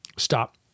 Stop